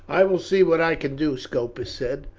i will see what i can do, scopus said.